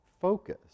focus